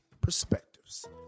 perspectives